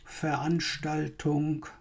Veranstaltung